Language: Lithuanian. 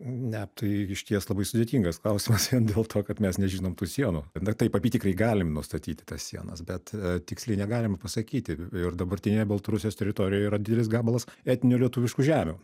ne tai išties labai sudėtingas klausimas vien dėl to kad mes nežinom tų sienų na taip apytikriai galim nustatyti tas sienas bet tiksliai negalima pasakyti ir dabartinėje baltarusijos teritorijoje yra didelis gabalas etninių lietuviškų žemių